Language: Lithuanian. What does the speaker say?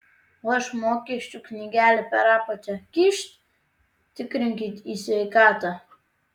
o aš mokesčių knygelę per apačią kyšt tikrinkit į sveikatą